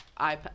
iPad